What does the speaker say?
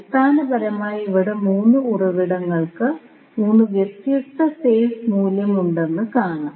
അടിസ്ഥാനപരമായി ഇവിടെ 3 ഉറവിടങ്ങൾക്ക് 3 വ്യത്യസ്ത ഫേസ് മൂല്യമുണ്ടെന്ന് കാണാം